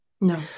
No